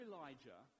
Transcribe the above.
Elijah